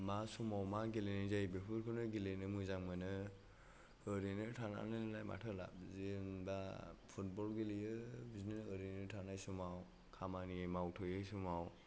मा समाव मा गेलेनाय जायो बेफोरखौनो गेलेनो मोजां मोनो ओरैनो थानानैलाय माथो लाब जों दा फुटबल गेलेयो बिदिनो ओरैनो थानाय समाव खामानि मावथ'यै समाव